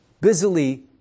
busily